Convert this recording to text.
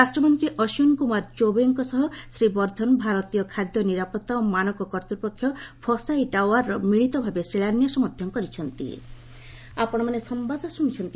ରାଷ୍ଟ୍ରମନ୍ତ୍ରୀ ଅଶ୍ୱିନୀ କୁମାର ଚୌବେଙ୍କ ସହ ଶ୍ରୀ ବର୍ଦ୍ଧନ ଭାରତୀୟ ଖାଦ୍ୟ ନିରାପତ୍ତା ଓ ମାନକ କର୍ତ୍ତପକ୍ଷ ଫସାଇ ଟାୱାରର ମିଳିତ ଭାବେ ଶିଳାନ୍ୟାସ ମଧ୍ୟ କରିଚ୍ଛନ୍ତି